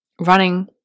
running